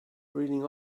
reading